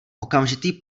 okamžitý